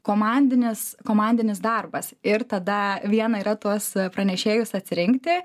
komandinis komandinis darbas ir tada viena yra tuos pranešėjus atsirinkti